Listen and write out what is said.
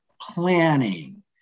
planning